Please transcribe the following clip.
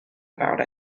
about